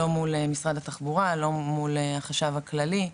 לא מול משרד התחבורה, לא מול החשב הכללי.